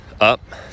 Up